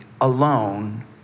alone